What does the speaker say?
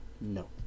no